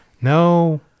No